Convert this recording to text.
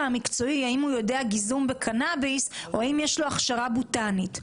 המקצועי האם הוא יודע גיזום בקנאביס או אם יש לו הכשרה בוטנית.